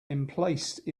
emplaced